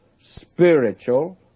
spiritual